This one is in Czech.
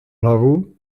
hlavu